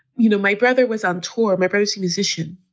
you know, my brother was on tour opposing musician.